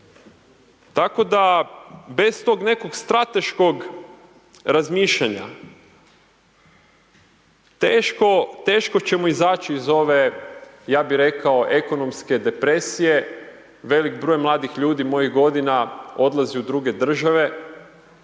Tako da bez tog nekog strateškog razmišljanja, teško, teško ćemo izaći iz ove, ja bih rekao ekonomske depresije, velik broj mladih ljudi mojih godina odlazi u druge države,